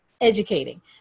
educating